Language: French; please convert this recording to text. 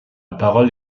parole